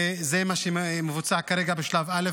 וזה מה שמבוצע כרגע, בשלב א'.